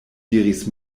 diris